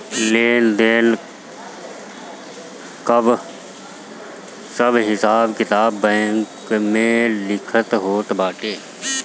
लेन देन कअ सब हिसाब किताब बैंक में लिखल होत बाटे